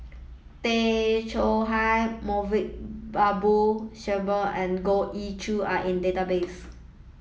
Tay Chong Hai Moulavi Babu Sahib and Goh Ee Choo are in database